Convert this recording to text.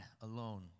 alone